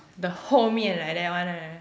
the 后面 like that one right